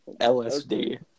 LSD